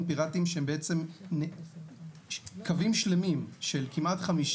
פירטיים שהם בעצם קווים שלמים של כמעט 50